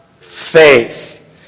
faith